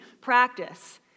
practice